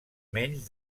menys